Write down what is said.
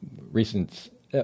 recent